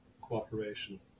cooperation